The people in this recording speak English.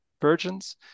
virgins